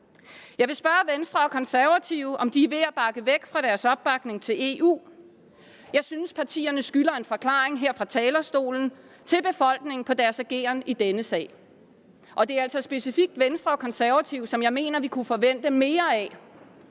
Jeg vil spørge Venstre og Konservative, om de er ved at bakke ud af deres opbakning til EU. Jeg synes, partierne skylder befolkningen en forklaring her fra talerstolen på deres ageren i denne sag. Og det er altså specifikt Venstre og Konservative, som jeg mener vi kunne forvente mere af